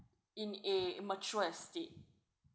in a mature estate